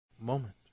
moment